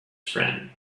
friend